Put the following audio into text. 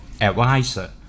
advisor